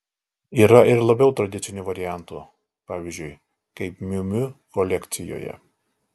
yra ir labiau tradicinių variantų pavyzdžiui kaip miu miu kolekcijoje